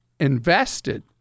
Invested